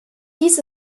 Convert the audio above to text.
dies